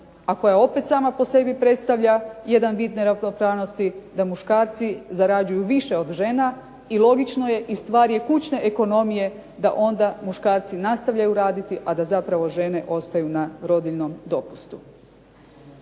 a koja opet sama po sebi predstavlja jedan vid neravnopravnosti, da muškarci zarađuju više od žena i logično je i stvar je kućne ekonomije da onda muškarci nastavljaju raditi a da zapravo žene ostaju na rodiljnom dopustu.